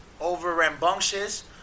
over-rambunctious